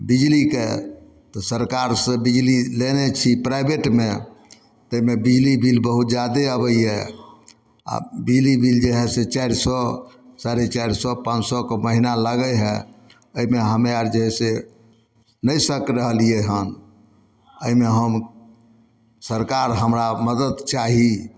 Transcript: बिजलीके तऽ सरकारसँ बिजली लेने छी प्राइवेटमे ताहिमे बिजली बिल बहुत जादे आबैए आओर बिजली बिल जे हइ से चारि सओ साढ़े चारि सओ पाँच सओके महिना लगै हइ एहिमे हमे आर जे हइ से नहि सकि रहलिए हँ एहिमे हम सरकार हमरा मदति चाही